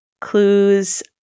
clues